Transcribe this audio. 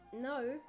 No